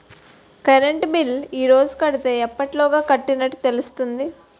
Current bill ఈ రోజు కడితే ఎప్పటిలోగా కట్టినట్టు తెలుస్తుంది?